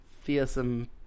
fearsome